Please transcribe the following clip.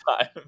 time